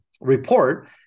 report